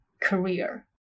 career